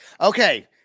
okay